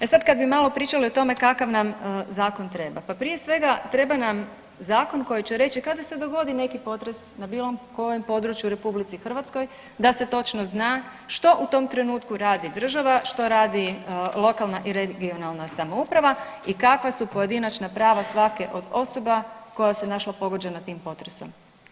E sad kad bi malo pričali o tome kakav nam zakon treba, pa prije svega treba nam zakon koji će reći kada se dogodi neki potres na bilo kojem području u RH da se točno zna što u tom trenutku radi država, što radi lokalna i regionalna samouprava i kakva su pojedinačna prava svake od osoba koja se našla pogođena tim potresom.